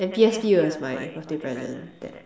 and P_S_P was my birthday present that